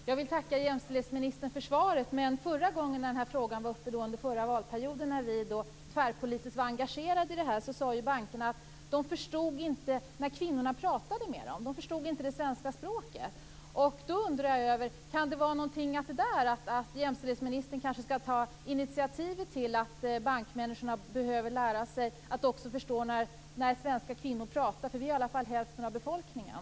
Fru talman! Jag vill tacka jämställdhetsministern för svaret. När den här frågan var uppe under förra valperioden när vi var tvärpolitiskt engagerade sade bankerna att de inte förstod när kvinnorna talade med dem. De förstod inte det svenska språket. Kan det vara någonting? Jämställdhetsministern kanske skall ta initiativet till att bankmänniskorna behöver lära sig att också förstå när svenska kvinnor talar. Vi är i alla fall hälften av befolkningen.